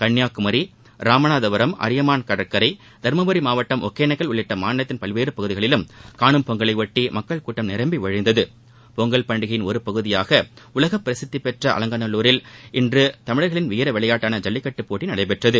கள்ளியாகுமரி ராமநாதபுரம் அரியமான் கடற்கரை தருமபுரி மாவட்டம் ஒகனேக்கல் உள்ளிட்ட மாநிலத்தின் பல்வேறு பகுதிகளிலும் கானும் பொங்கலையொட்டி மக்கள் கூட்டம் நிரம்பி வழிந்தது பொங்கல் பண்டிகையின் ஒரு பகுதியாக உலக பிரசித்திபெற்ற அலங்காநல்லூரில் இன்று தமிழா்களின் வீரவிளையாட்டான ஜல்லிக்கட்டுப் போட்டி நடைபெற்றது